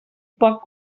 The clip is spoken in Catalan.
poc